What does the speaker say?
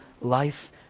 life